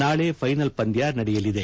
ನಾಳಿ ಫ್ವೆನಲ್ ಪಂದ್ಯ ನಡೆಯಲಿದೆ